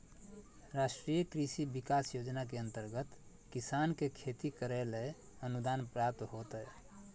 राष्ट्रीय कृषि विकास योजना के अंतर्गत किसान के खेती करैले अनुदान प्राप्त होतय